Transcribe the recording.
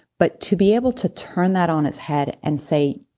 but to be able to turn that on its head and say,